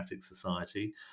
society